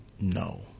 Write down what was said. No